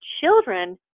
children